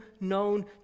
known